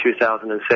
2007